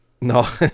no